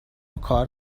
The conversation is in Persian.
وکار